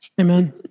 Amen